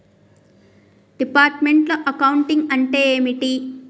Departmental accounting అంటే ఏమిటి?